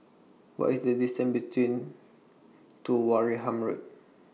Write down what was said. What IS The distance between to Wareham Road